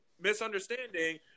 misunderstanding